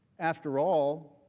after all,